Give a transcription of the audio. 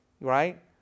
right